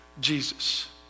Jesus